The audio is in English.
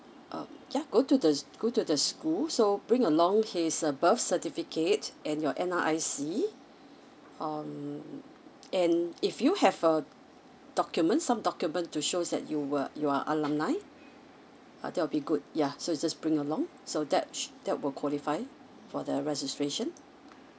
uh ya go to the go to the school so bring along his uh birth certificate and your N_R_I_C um and if you have a document some document to shows that you were you are alumni uh that will be good ya so you just bring along so that that will qualify for the registration